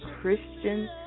Christian